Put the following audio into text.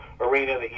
arena